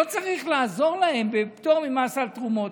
לא צריך לעזור להן בפטור ממס על תרומות.